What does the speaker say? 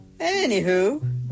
Anywho